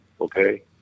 okay